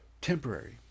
temporary